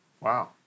Wow